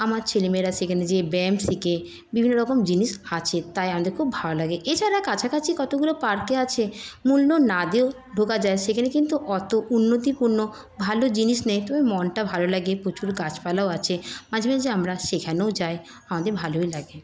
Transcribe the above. আমার ছেলেমেয়েরা সেখানে যেয়ে ব্যায়াম শেখে বিভিন্নরকম জিনিস আছে তাই আমাদের খুব ভালো লাগে এছাড়া কাছাকাছি কতগুলো পার্কে আছে মূল্য না দিয়েও ঢোকা যায় সেখানে কিন্তু অত উন্নতিপূর্ণ ভালো জিনিস নেই তবে মনটা ভালো লাগে প্রচুর গাছপালাও আছে মাঝে মাঝে আমরা সেখানেও যাই আমাদের ভালোই লাগে